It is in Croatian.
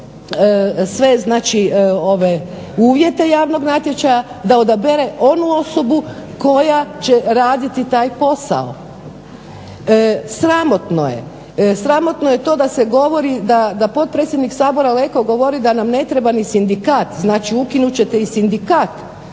uvjete javnog natječaja da odabere onu osobu koja će raditi taj posao. Sramotno je to da se govori da potpredsjednik Sabora Leko govori da nam ne treba ni sindikat. Znači ukinut ćete i sindikat.